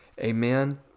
Amen